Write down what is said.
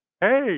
Hey